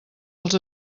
els